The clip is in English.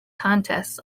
contests